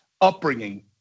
upbringing